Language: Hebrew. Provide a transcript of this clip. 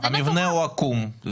המבנה הוא עקום,